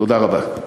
תודה רבה.